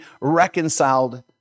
reconciled